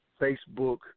Facebook